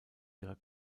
ihrer